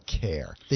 care